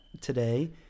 today